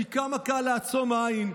כי כמה קל לעצום עין,